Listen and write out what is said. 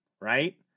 Right